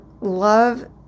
love